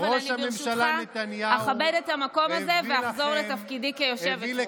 אבל אני ברשותך אכבד את המקום הזה ואחזור לתפקידי כיושבת-ראש.